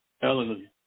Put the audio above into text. Hallelujah